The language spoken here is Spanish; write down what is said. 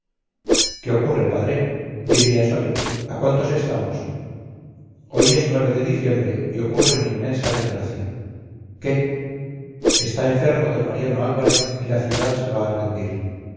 qué ocurre padre qué día es hoy a cuántos estamos hoy es el de diciembre y ocurre una inmensa desgracia qué está enfermo d mariano álvarez y la ciudad se va a rendir